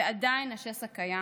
ועדיין השסע קיים.